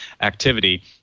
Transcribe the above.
activity